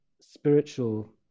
spiritual